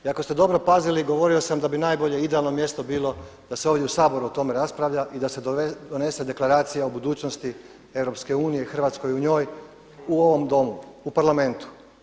I ako ste dobro pazili govorio sam da bi najbolje idealno mjesto bilo da se ovdje u Saboru o tome raspravlja i da se donese deklaracija o budućnosti Europske unije i Hrvatske u njoj u ovom domu u parlamentu.